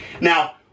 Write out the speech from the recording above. Now